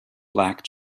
black